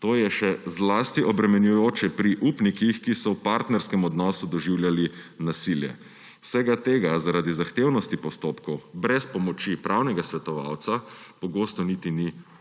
To je še zlasti obremenjujoče pri upnikih, ki so v partnerskem odnosu doživljali nasilje. Vsega tega zaradi zahtevnosti postopkov brez pomoči pravnega svetovalca pogosto niti ni možno